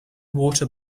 water